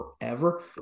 forever